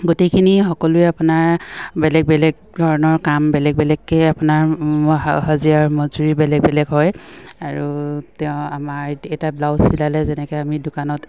গোটেইখিনি সকলোৱে আপোনাৰ বেলেগ বেলেগ ধৰণৰ কাম বেলেগ বেলেগকে আপোনাৰ হাজিৰা আৰু মজুৰি বেলেগ বেলেগ হয় আৰু তেওঁ আমাৰ এটা ব্লাউজ চিলালে যেনেকে আমি দোকানত